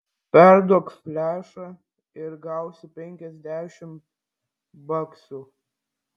perduok flešą ir gausi penkiasdešimt baksų